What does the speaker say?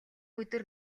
өдөр